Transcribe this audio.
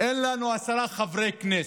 אין לנו עשרה חברי כנסת.